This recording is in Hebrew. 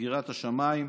סגירת השמיים.